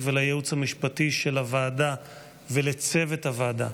ולייעוץ המשפטי של הוועדה ולצוות הוועדה,